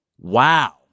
Wow